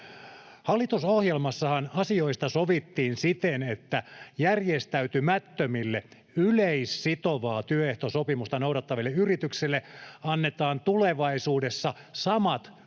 Hallitusohjelmassahan asioista sovittiin siten, että järjestäytymättömille yleissitovaa työehtosopimusta noudattaville yrityksille annetaan tulevaisuudessa samat